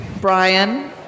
Brian